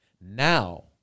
now